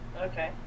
Okay